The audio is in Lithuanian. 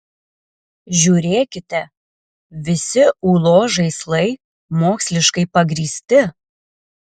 žiūrėkite visi ūlos žaislai moksliškai pagrįsti